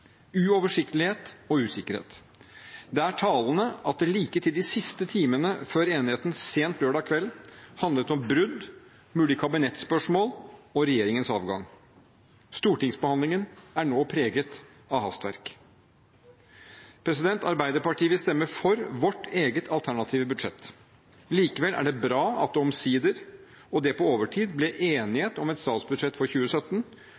uoversiktlighet og usikkerhet. Det er talende at det like fram til de siste timene før enigheten sent på lørdag kveld handlet om brudd, mulig kabinettsspørsmål og regjeringens avgang. Stortingsbehandlingen er nå preget av hastverk. Arbeiderpartiet vil stemme for sitt eget alternative budsjett. Likevel er det bra at det omsider – på overtid – ble enighet om et statsbudsjett for 2017